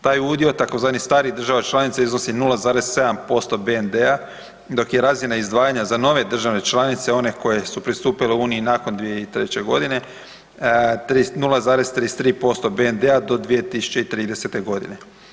Taj udio tzv. starih država članica iznosi 0,7% BND-a, dok je razina izdvajanja za nove države članice, one koje su pristupile Uniji nakon 2003. g., 0,33% BND-a do 2030. godine.